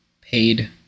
paid